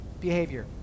behavior